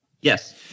Yes